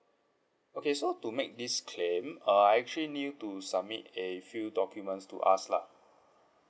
okay so to make this claim uh I actually need you to submit a few documents to us lah